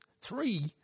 three